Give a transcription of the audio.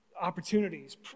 opportunities